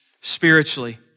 spiritually